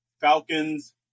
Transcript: Falcons